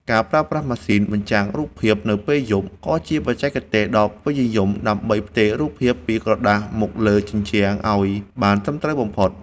ការប្រើប្រាស់ម៉ាស៊ីនបញ្ចាំងរូបភាព នៅពេលយប់ ក៏ជាបច្ចេកទេសដ៏ពេញនិយមដើម្បីផ្ទេររូបភាពពីក្រដាសមកលើជញ្ជាំងឱ្យបានត្រឹមត្រូវបំផុត។